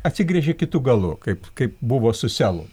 atsigręžė kitu galu kaip kaip buvo su selu